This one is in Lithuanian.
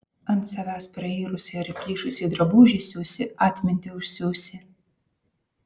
ant savęs prairusį ar įplyšusį drabužį siūsi atmintį užsiūsi